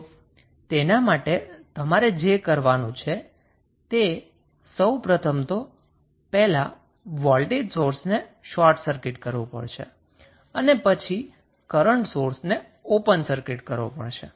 તો તેના માટે તમારે જે કરવાનું છે તે સૌ પ્રથમ તો પહેલા વોલ્ટેજ સોર્સને શોર્ટ સર્કિટ કરવું પડશે અને પછી કરન્ટ સોર્સને ઓપન સર્કિટ કરવું પડશે